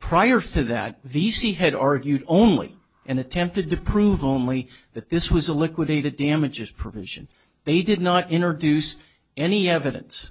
prior to that v c had argued only and attempted to prove only that this was a liquidated damages provision they did not enter duce any evidence